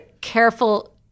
careful